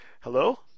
hello